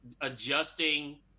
adjusting